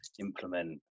implement